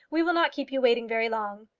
we will not keep you waiting very long.